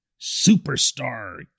superstar